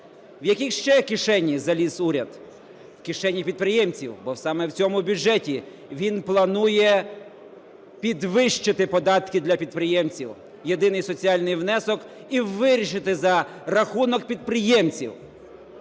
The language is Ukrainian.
В які ще кишені заліз уряд? В кишені підприємців, бо саме в цьому бюджеті він планує підвищити податки для підприємців, єдиний соціальний внесок - і вирішити за рахунок підприємців